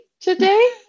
today